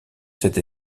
cette